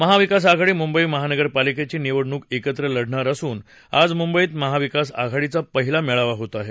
महाविकास आघाडी मुंबई महानगरपालिकेची निवडणूक एकत्र लढणार असून आज मुंबईत महाविकास आघाडीचा पहिला मेळावा होत आहे